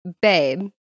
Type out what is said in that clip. babe